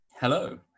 Hello